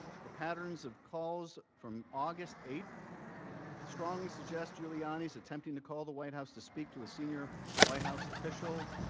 the patterns of calls from august eighth strongly suggest giuliani is attempting to call the white house to speak to a senior white house official.